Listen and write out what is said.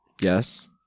yes